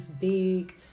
big